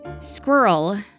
Squirrel